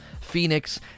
phoenix